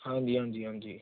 ਹਾਂਜੀ ਹਾਂਜੀ ਹਾਂਜੀ